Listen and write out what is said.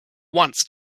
once